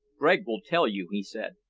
gregg will tell you, he said.